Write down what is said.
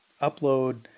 upload